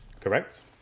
Correct